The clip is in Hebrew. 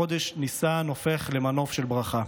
חודש ניסן הופך למנוף של ברכה.